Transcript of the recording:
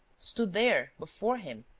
stood there before him,